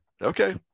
Okay